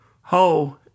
Ho